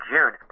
June